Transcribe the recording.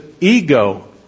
ego